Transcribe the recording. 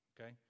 okay